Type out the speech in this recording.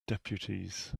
deputies